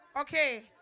Okay